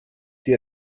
die